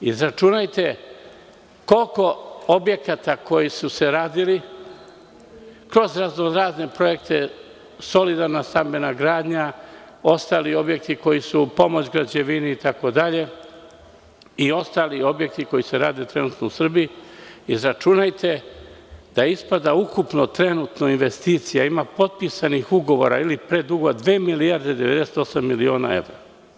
Izračunajte koliko objekata koji su se radili, kroz razno-razne projekte, solidarna stambena gradnja, ostali objekti koji su pomoć građevini itd. i ostali objekti koji se rade trenutno u Srbiji, izračunajte, ispada da ukupno trenutno investicija ima, potpisanih ugovora ili predugovora, dve milijarde i 98 miliona evra.